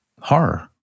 horror